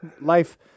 Life